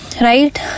right